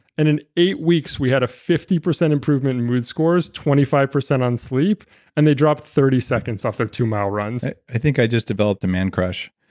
and in eight weeks, we had a fifty percent improvement with scores twenty five percent on sleep and they dropped thirty seconds off their two mile runs i think i just developed a man-crush.